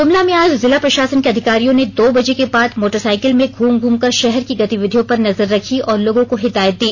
ग्ममला में आज जिला प्रशासन के अधिकारियों ने दो बजे के बाद मोटरसाइकिल में घूम घूम कर शहर की गतिविधियों पर नजर रखी और लोगों को हिदायत दी